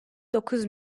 dokuz